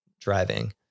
driving